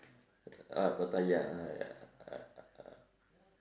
ah pattaya ya